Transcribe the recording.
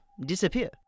disappear